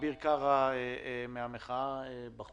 אביר קרע מהמחאה בחוץ